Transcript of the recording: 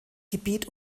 gebiet